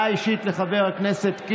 היא תועבר לוועדת הכנסת.